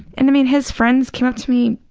and, i mean, his friends came up to me,